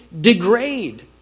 degrade